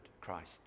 Christ